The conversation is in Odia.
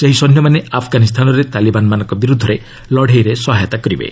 ସେହି ସୈନ୍ୟମାନେ ଆଫଗାନିସ୍ଥାନରେ ତାଲିବାନ ମାନଙ୍କ ବିରୁଦ୍ଧରେ ଲଢ଼େଇରେ ସାହାଯ୍ୟ କରିବେ